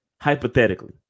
hypothetically